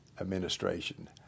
administration